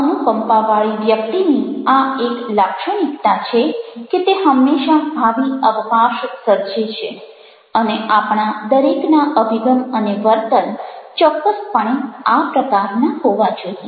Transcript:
અનુકંપાવાળી વ્યક્તિની આ એક લાક્ષણિકતા છે કે તે હંમેશા ભાવિ અવકાશ સર્જે છે અને આપણા દરેકના અભિગમ અને વર્તન ચોક્કસપણે આ પ્રકારના હોવા જોઈએ